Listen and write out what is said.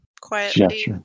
quietly